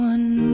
One